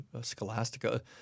Scholastica